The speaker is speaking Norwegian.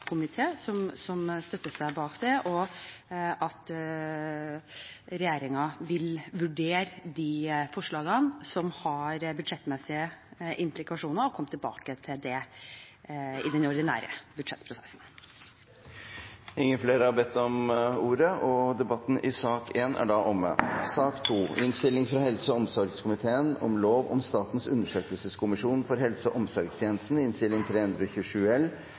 enstemmig komité støtter dette, og at regjeringen vil vurdere de forslagene som har budsjettmessige implikasjoner og vil komme tilbake til det i den ordinære budsjettprosessen. Flere har ikke bedt om ordet til sak nr. 1. Etter ønske fra helse- og omsorgskomiteen vil presidenten foreslå at taletiden blir begrenset til 5 minutter til hver partigruppe og